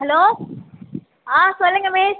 hello ஆ சொல்லுங்கள் miss